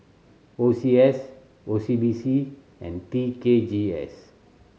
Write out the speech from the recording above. O C S O C B C and T K G S